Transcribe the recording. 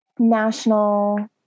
national